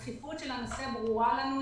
הדחיפות של הנושא ברורה לנו,